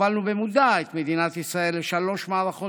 הובלנו במודע את מדינת ישראל לשלוש מערכות